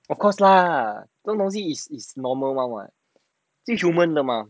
of course lah 这种东西 is is normal one [what] 继续问的吗